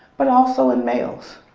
but also in males.